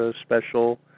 special